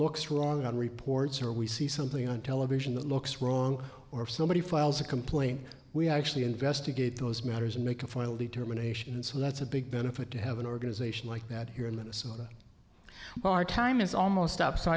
looks wrong on reports or we see something on television that looks wrong or somebody files a complaint we actually investigate those matters and make a final determination so that's a big benefit to have an organization like that here in minnesota our time is almost up so